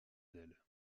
d’elle